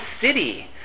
city